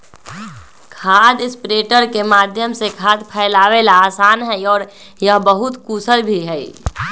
खाद स्प्रेडर के माध्यम से खाद फैलावे ला आसान हई और यह बहुत कुशल भी हई